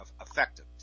effective